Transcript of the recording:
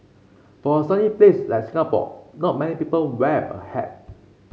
for a sunny place like Singapore not many people wear a hat